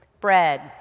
bread